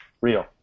Real